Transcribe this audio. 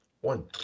One